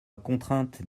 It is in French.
contrainte